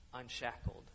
unshackled